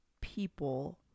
people